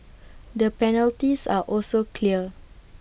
the penalties are also clear